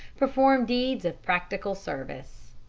perform deeds of practical service.